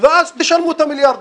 ואז תשלמו את המיליארדים.